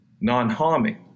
non-harming